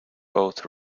both